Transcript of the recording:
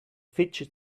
fidget